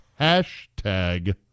hashtag